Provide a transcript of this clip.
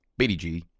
BDG